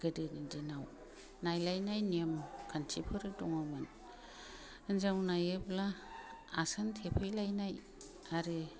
गोदोनि दिनआव नायलायनाय नियम खान्थिफोर दङमोन हिन्जाव नायोब्ला आसान थेबहैलायनाय आरो